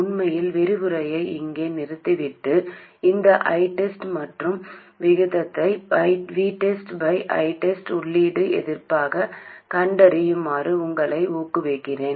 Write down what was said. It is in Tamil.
உண்மையில் விரிவுரையை இங்கேயே நிறுத்திவிட்டு இந்த ITEST மற்றும் விகிதத்தை VTEST ITEST உள்ளீடு எதிர்ப்பாகக் கண்டறியுமாறு உங்களை ஊக்குவிக்கிறேன்